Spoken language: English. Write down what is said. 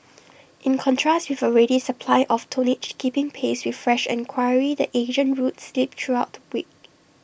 in contrast with A ready supply of tonnage keeping pace with fresh enquiry the Asian routes slipped throughout week